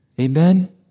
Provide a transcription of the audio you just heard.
Amen